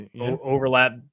Overlap